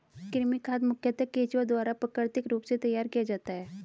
कृमि खाद मुखयतः केंचुआ द्वारा प्राकृतिक रूप से तैयार किया जाता है